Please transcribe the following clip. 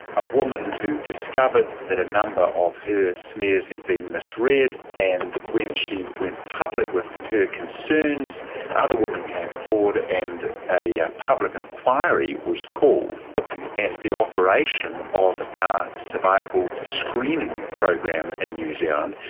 a woman who discovered that a number of her smears had been misread and when she went public with her concerns other women came forward and a yeah public enquiry was called looking at the operation of our cervical screening program in new zealand.